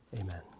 Amen